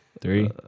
Three